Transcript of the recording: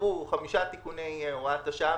עברו חמישה תיקוני הוראת שעה,